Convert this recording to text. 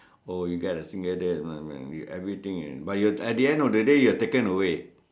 oh you got a single day to buy any you want everything but at the end of the day you are taken away